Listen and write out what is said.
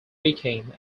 became